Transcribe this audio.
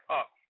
up